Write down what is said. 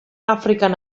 afrikan